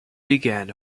began